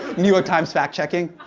new york times fact checking.